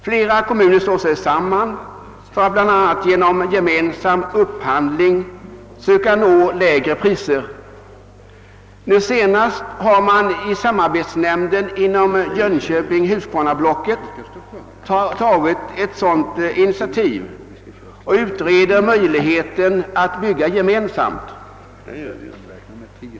Flera kommuner slår sig samman för att, bl.a. genom gemensam upphandling, söka erhålla lägre priser. Nu senast har man i samarbetsnämnden inom Jönköping—Huskvarna-blocket tagit ett sådant initiativ och utreder möjligheterna att bygga gemensamt.